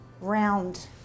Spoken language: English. round